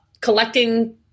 collecting